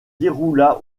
déroula